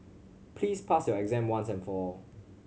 please pass your exam once and for all